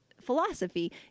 philosophy